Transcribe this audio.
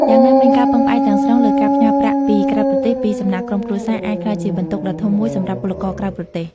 យ៉ាងណាមិញ ការពឹងផ្អែកទាំងស្រុងលើការផ្ញើប្រាក់ពីក្រៅប្រទេសពីសំណាក់ក្រុមគ្រួសារ អាចក្លាយជាបន្ទុកដ៏ធំមួយសម្រាប់ពលករក្រៅប្រទេស។